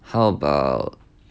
how about